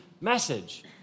message